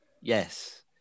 Yes